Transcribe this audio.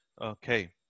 Okay